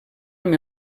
amb